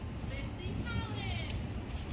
lindsay collins.